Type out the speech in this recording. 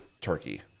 turkey